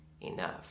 enough